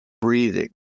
breathing